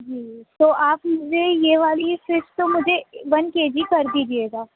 جی تو آپ مجھے یہ والی فش تو مجھے ون کے جی کر دیجیے گا